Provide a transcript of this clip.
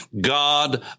God